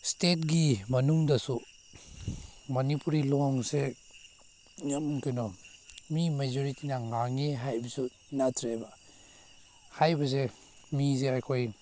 ꯏꯁꯇꯦꯠꯀꯤ ꯃꯅꯨꯡꯗꯁꯨ ꯃꯅꯤꯄꯨꯔꯤ ꯂꯣꯟꯁꯦ ꯌꯥꯝ ꯀꯩꯅꯣ ꯃꯤ ꯃꯦꯖꯣꯔꯤꯇꯤꯅ ꯉꯥꯡꯉꯦ ꯍꯥꯏꯕꯁꯨ ꯅꯠꯇ꯭ꯔꯦꯕ ꯍꯥꯏꯕꯁꯦ ꯃꯤꯁꯦ ꯑꯩꯈꯣꯏ